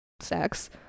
sex